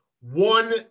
one